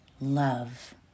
love